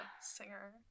singer